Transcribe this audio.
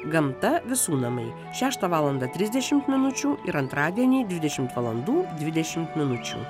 gamta visų namai šeštą valandą trisdešimt minučių ir antradienį dvidešimt valandų dvidešimt minučių